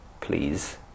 please